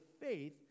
faith